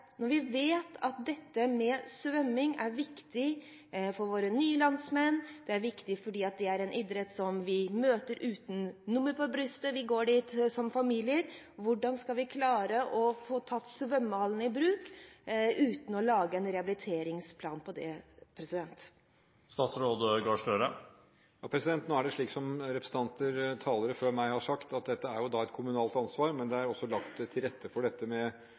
viktig for våre nye landsmenn, det er viktig fordi det er en idrett hvor vi møter uten nummer på brystet – vi går dit som familier – er mitt spørsmål: Hvordan skal vi klare å få tatt svømmehallene i bruk uten å lage en rehabiliteringsplan for det? Nå er det slik, som representanter og talere før meg har sagt, at dette er et kommunalt ansvar. Men det er også lagt til rette for dette med